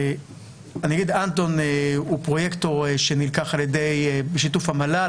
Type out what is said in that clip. אנטון הוא פרויקטור שנלקח בשיתוף המל"ל.